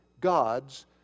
God's